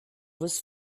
was